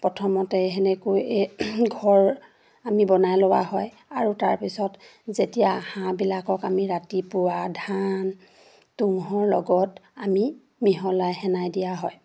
প্ৰথমতে সেনেকৈ ঘৰ আমি বনাই লোৱা হয় আৰু তাৰপিছত যেতিয়া হাঁহবিলাকক আমি ৰাতিপুৱা ধান তুঁহৰ লগত আমি মিহলাই সেনাই দিয়া হয়